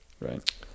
Right